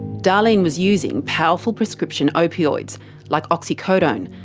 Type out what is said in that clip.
darlene was using powerful prescription opioids like oxycodone,